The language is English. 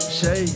shake